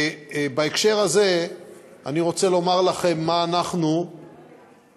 בהקשר הזה אני רוצה לומר לכם מה אנחנו עשינו.